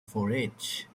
forage